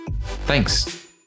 Thanks